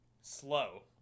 slow